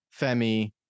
Femi